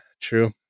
true